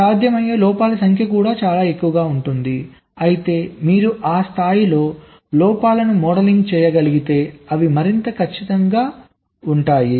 కాబట్టి సాధ్యమయ్యే లోపాల సంఖ్య కూడా చాలా ఎక్కువగా ఉంటుంది అయితే మీరు ఆ స్థాయిలో లోపాలను మోడల్ చేయగలిగితే అవి మరింత ఖచ్చితమైనవి గా ఉంటాయి